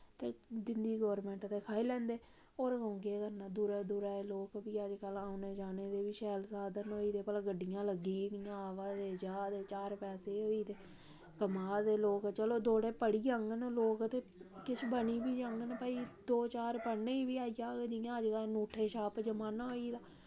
ते दिंदी गौरमेंट ते खाई लैंदे होर कोई केह् करना दूरा दूरा लोग बी अजकल्ल औने जाने दे शैल साधन होई गेदे भला गड्डियां लग्गी दियां आवा दे जा दे चार पैसे होई गेदे ते कमा दे लोक चलो दौ पढ़ी जाङन लोग ते किश बनी बी जाङन भई दौ चार पढ़ने गी बी आई जाह्ग जि'यां अजकल्ल ङूठाछाप दा जमाना होई दा